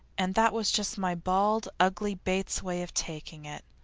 and that was just my bald, ugly bates way of taking it.